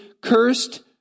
cursed